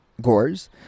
gores